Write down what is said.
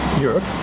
Europe